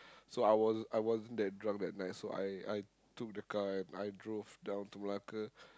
so I was I wasn't that drunk that night so I I took the car and I drove down to Malacca